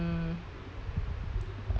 mm n